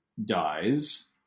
dies